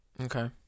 okay